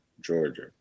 Georgia